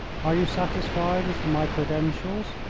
are you satisfied as to my credentials?